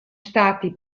stati